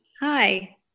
Hi